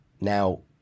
Now